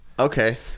okay